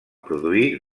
produir